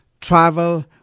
travel